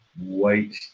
white